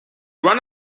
run